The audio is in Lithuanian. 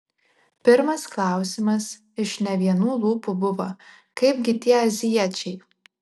pirmas klausimas iš ne vienų lūpų buvo kaipgi tie azijiečiai